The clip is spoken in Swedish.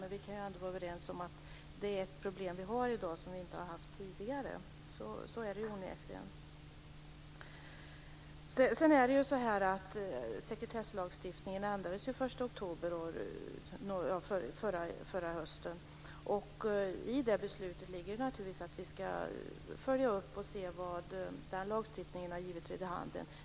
Men vi kan ändå vara överens om att det är ett problem i dag som vi inte har haft tidigare. Så är det onekligen. Sekretesslagstiftningen ändrades den 1 oktober förra året. I beslutet ligger naturligtvis att vi ska följa upp vad lagstiftningen har givit vid handen.